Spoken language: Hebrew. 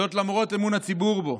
זאת למרות אמון הציבור בו,